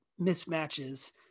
mismatches